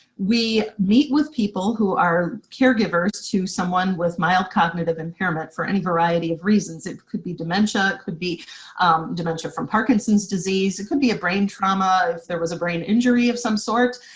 we meet with people who are caregivers to someone with mild cognitive impairment for any variety of reasons, it could be dementia, it could be dementia from parkinson's disease, it could be a brain trauma if there was a brain injury of some sort,